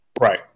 Right